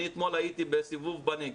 אני אתמול הייתי בסיבוב בנגב.